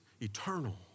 eternal